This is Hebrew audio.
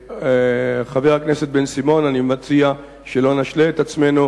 לחבר הכנסת בן-סימון אני מציע שלא נשלה את עצמנו.